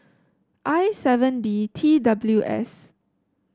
I seven D T W S